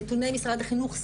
נתוני משרד החינוך,